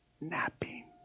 napping